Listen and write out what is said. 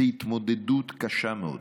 זאת התמודדות קשה מאוד.